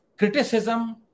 criticism